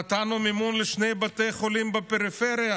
נתנו מימון לשני בתי חולים בפריפריה,